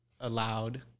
allowed